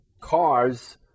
cars